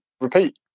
repeat